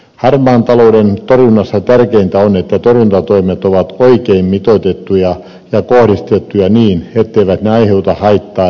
harmaan talouden torjunnassa tärkeintä on että torjuntatoimet ovat oikein mitoitettuja ja kohdistettuja niin etteivät ne aiheuta haittaa rehellisille yrityksille